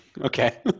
Okay